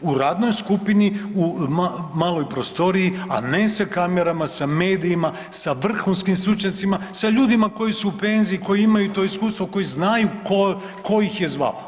U radnoj skupini u maloj prostoriji, a ne sa kamerama, sa medijima, sa vrhunskim stručnjacima, sa ljudima koji su u penziji koji imaju to iskustvo, koji znaju tko ih je zvao.